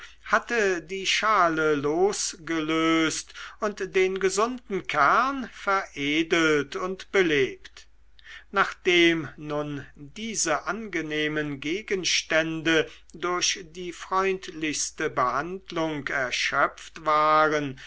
hatte die schale losgelöst und den gesunden kern veredelt und belebt nachdem nun diese angenehmen gegenstände durch die freundlichste behandlung erschöpft waren